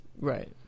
Right